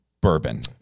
bourbon